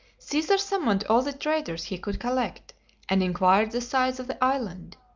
caesar summoned all the traders he could collect and inquired the size of the island,